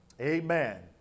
Amen